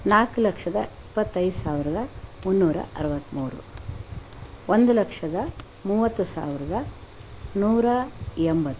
ನಾಲ್ಕು ಲಕ್ಷದ ಇಪ್ಪತ್ತೈದು ಸಾವಿರದ ಮುನ್ನೂರ ಅರುವತ್ಮೂರು ಒಂದು ಲಕ್ಷದ ಮೂವತ್ತು ಸಾವಿರದ ನೂರ ಎಂಬತ್ತು